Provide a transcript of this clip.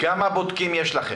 כמה בודקים יש לכם?